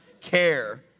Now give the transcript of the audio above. care